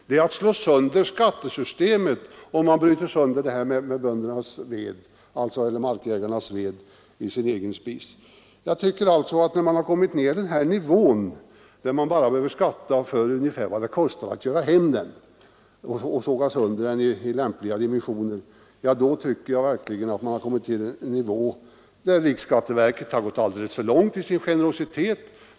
Det är att slå sönder skattesystemet om man bryter ut det här med markägarnas ved till den egna spisen. När man har kommit ned till en sådan nivå att man bara behöver skatta ungefär vad det kostar att a hem veden och såga sönder den i lämpliga dimensioner, då tycker jag verkligen att riksskatteverket har gått långt i sin generositet.